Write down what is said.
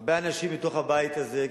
הרבה אנשים מתוך הבית הזה,